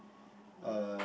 uh